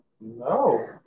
No